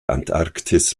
antarktis